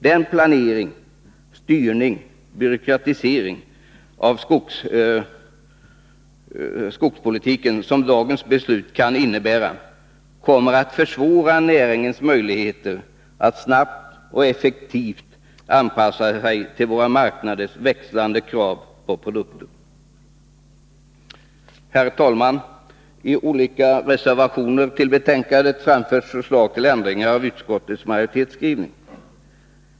Den planering, styrning och byråkratisering av skogspolitiken som dagens beslut kan innebära kommer att försvåra näringens möjligheter att snabbt och effektivt anpassa sig till våra marknaders växlande krav på produkter. Herr talman! I olika reservationer till betänkandet framförs förslag till ändringar av utskottets majoritetsskrivning.